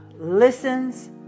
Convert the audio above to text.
listens